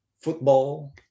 Football